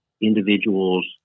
individuals